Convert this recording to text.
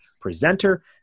Presenter